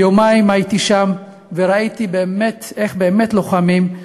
ויומיים הייתי שם וראיתי איך באמת לוחמים,